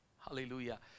Hallelujah